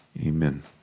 Amen